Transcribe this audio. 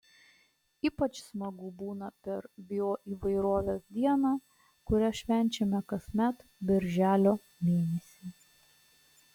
ypač smagu būna per bioįvairovės dieną kurią švenčiame kasmet birželio mėnesį